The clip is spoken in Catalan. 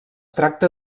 tracta